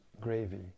gravy